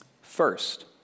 First